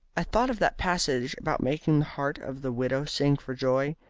i thought of that passage about making the heart of the widow sing for joy.